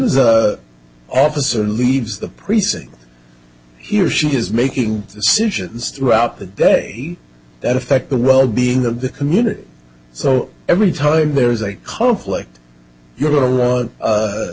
as the officer leaves the precinct he or she is making decisions throughout the day that affect the well being of the community so every time there is a conflict you've go